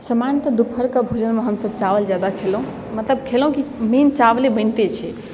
समान्यतः दोपहरके भोजनमे हमसब चावल जादा खेलहुँ मतलब खेलहुँ की मेन चावले बनिते छै